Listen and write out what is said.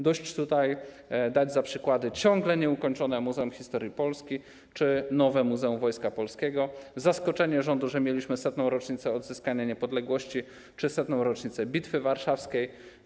Dość tutaj dać za przykłady ciągle nieukończone Muzeum Historii Polski czy nowe Muzeum Wojska Polskiego, zaskoczenie rządu, że mieliśmy 100. rocznicę odzyskania niepodległości czy 100. rocznicę bitwy warszawskiej.